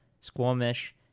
Squamish